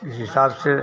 इस हिसाब से